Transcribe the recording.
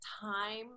time